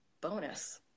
bonus